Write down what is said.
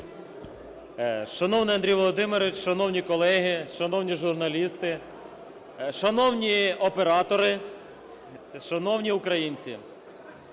Шановний Андрій Володимирович, шановні колеги, шановні журналісти, шановні оператори, шановні українці!